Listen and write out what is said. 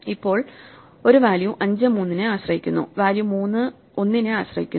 ഇപ്പോൾ ഒരു വാല്യൂ 5 3 നെ ആശ്രയിക്കുന്നു വാല്യൂ 31 നെ ആശ്രയിച്ചിരിക്കുന്നു